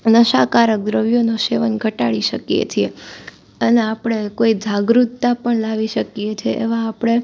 નશાકારક દ્રવ્યોનું સેવન ઘટાડી શકીએ છીએ અને આપણે કોઈ જાગૃતતા પણ લાવી શકીએ છીએ એવાં આપણે